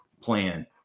plan